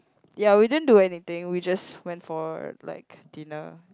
ya we didn't do anything we just went for like dinner